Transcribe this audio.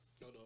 No